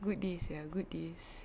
good days sia good days